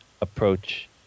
approach